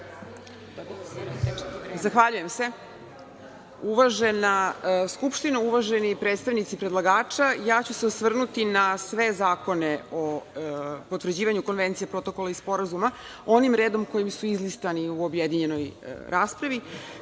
Zahvaljujem se. Uvažena Skupštino, uvaženi predstavnici predlagača, ja ću se osvrnuti na sve zakone o potvrđivanju konvencija, protokola i sporazuma, onim redom kojim su izlistani u objedinjenoj raspravi. Krećem